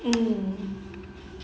mm